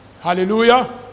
Hallelujah